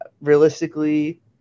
realistically